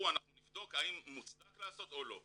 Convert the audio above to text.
"אנחנו נבדוק האם מוצדק לעשות או לא".